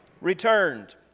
returned